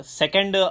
second